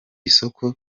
isoko